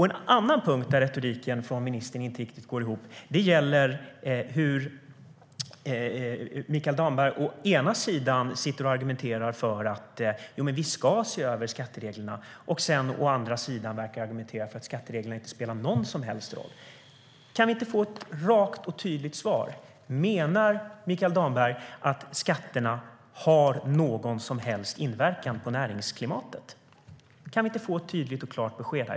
En annan punkt där retoriken från ministern inte riktigt går ihop gäller hur Mikael Damberg å ena sidan sitter och argumenterar för att vi ska se över skattereglerna, å andra sidan verkar argumentera för att skattereglerna inte spelar någon som helst roll. Kan vi inte få ett rakt och tydligt svar? Menar Mikael Damberg att skatterna har någon som helst inverkan på näringsklimatet? Kan vi inte få ett tydligt och klart besked här?